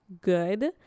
good